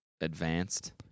advanced